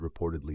reportedly